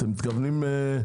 אתם מתכוונים,